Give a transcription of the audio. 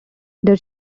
their